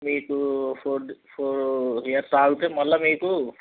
మీకు four four years ఆగుతే మళ్ళా మీకు